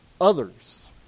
others